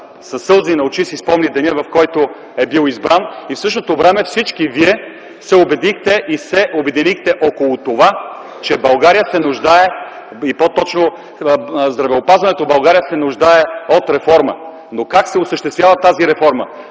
със сълзи на очи си спомня деня, в който е бил избран, и в същото време всички Вие се убедихте и се обединихте около това, че България, и по-точно здравеопазването в България се нуждае от реформа. Но как се осъществява тази реформа?